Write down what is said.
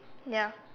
ya